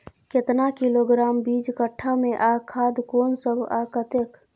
केतना किलोग्राम बीज कट्ठा मे आ खाद कोन सब आ कतेक?